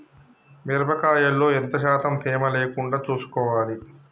మిరప కాయల్లో ఎంత శాతం తేమ లేకుండా చూసుకోవాలి?